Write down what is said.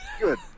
Good